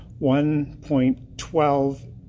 1.12